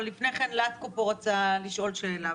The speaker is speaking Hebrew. אבל לפני כן לטקו רוצה לשאול שאלה.